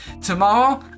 tomorrow